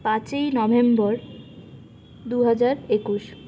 পাঁচই নভেম্বর দু হাজার একুশ